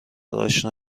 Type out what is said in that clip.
آشنا